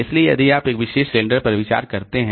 इसलिए यदि आप एक विशेष सिलेंडर पर विचार करते हैं